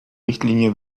richtlinie